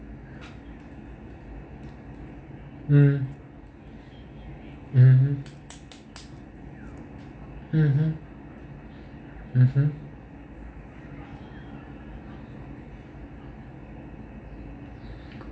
mm mmhmm mmhmm mmhmm